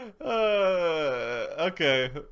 Okay